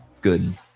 good